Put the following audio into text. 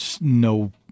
no